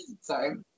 sorry